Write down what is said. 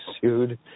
sued